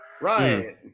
Right